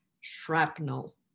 shrapnel